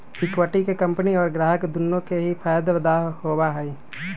equity के company और ग्राहक दुन्नो के ही फायद दा होबा हई